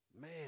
Man